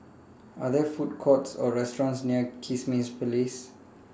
Are There Food Courts Or restaurants near Kismis Place